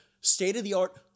state-of-the-art